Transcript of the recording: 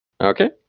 Okay